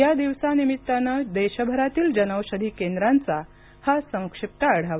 या दिवसानिमित्तानं देशभरातील जनौषधी केंद्रांचा हा संक्षिप्त आढावा